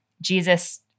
Jesus